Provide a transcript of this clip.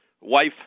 wife